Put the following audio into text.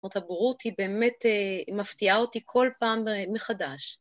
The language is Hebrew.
זאת הבורות היא באמת מפתיעה אותי כל פעם מחדש.